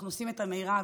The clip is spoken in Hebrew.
אנחנו עושים את המרב